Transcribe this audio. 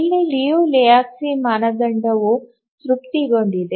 ಇಲ್ಲಿ Liu Lehoczky ಮಾನದಂಡವು ತೃಪ್ತಿಗೊಂಡಿದೆ